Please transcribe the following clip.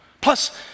plus